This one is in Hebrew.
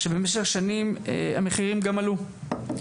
שבמשך שנים המחירים גם עלו.